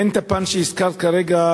הן את הפן שהזכרת כרגע,